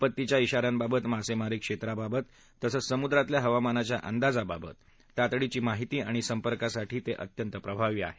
आपत्तीच्या शा यांबाबत मासेमारीसाठी योग्य क्षेत्राबाबत तसंच समुद्रातल्या हवामानाच्या अंदाजाबाबत तातडीची माहिती आणि संपर्कासाठी ते अत्यंत प्रभावी आहे